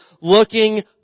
looking